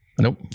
Nope